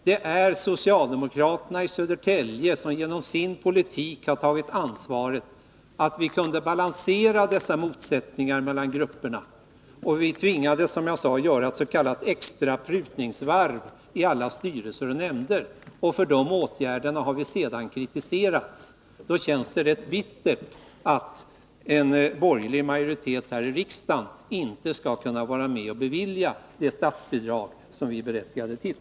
Det är socialdemokraterna i Södertälje som genom sin politik tagit ansvar, så att vi kunde balansera dessa motsättningar mellan grupperna. Vi tvingades att göra ett s.k. extra prutningsvarv i alla styrelser och nämnder, och för de åtgärderna har vi sedan kritiserats. Då känns det rätt bittert att en borgerlig majoritet här i riksdagen inte skall kunna vara med och bevilja det statsbidrag som vi är berättigade till.